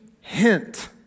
hint